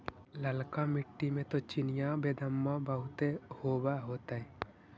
ललका मिट्टी मे तो चिनिआबेदमां बहुते होब होतय?